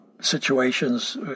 situations